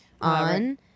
on